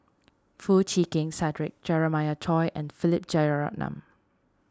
Foo Chee Keng Cedric Jeremiah Choy and Philip Jeyaretnam